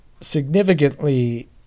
significantly